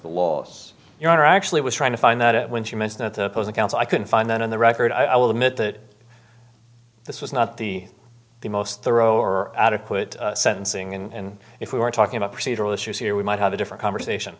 the laws you're actually was trying to find that when she mentioned that the those accounts i couldn't find them in the record i will admit that this was not the the most thorough or adequate sentencing and if we were talking about procedural issues here we might have a different conversation